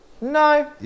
No